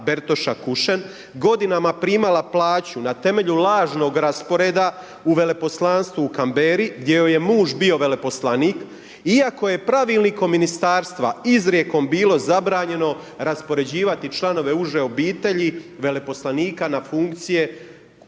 Bertoša Kušen godinama primala plaću na temelju lažnog rasporeda u veleposlanstvu u Canberri gdje joj je muž bio poslanik iako je pravilnikom ministarstva izrijekom bilo zabranjeno raspoređivati članove uže obitelji veleposlanika na funkcije